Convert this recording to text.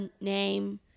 name